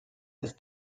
ist